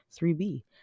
3b